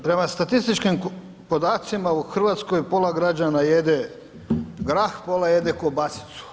Prema statističkim podacima u Hrvatskoj pola građana jede grah, pola jede kobasicu.